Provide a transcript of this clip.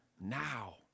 now